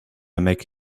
make